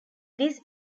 this